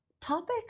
topic